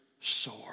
sore